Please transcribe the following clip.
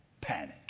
panic